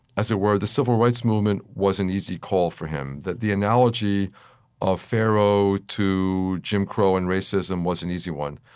as it were, the civil rights movement was an easy call for him, that the analogy of pharaoh to jim crow and racism was an easy one.